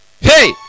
Hey